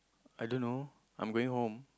I don't know I'm going home